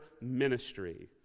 ministry